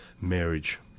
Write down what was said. marriage